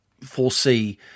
foresee